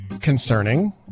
concerning